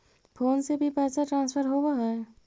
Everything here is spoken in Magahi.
फोन से भी पैसा ट्रांसफर होवहै?